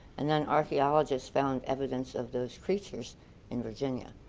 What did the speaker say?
and then archeologists found evidence of those creatures in virginia.